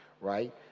right